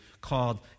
called